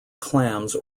clams